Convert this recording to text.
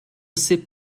sip